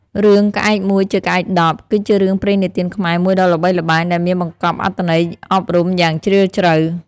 រឿង "ក្អែកមួយជាក្អែកដប់" គឺជារឿងព្រេងនិទានខ្មែរមួយដ៏ល្បីល្បាញ ដែលមានបង្កប់អត្ថន័យអប់រំយ៉ាងជ្រាលជ្រៅ។